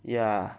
ya